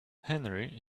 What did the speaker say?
henry